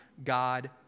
God